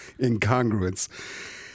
incongruence